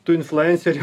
tų influencerių